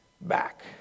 back